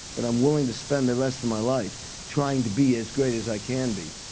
but i'm willing to spend the rest of my life trying to be as great as i can be.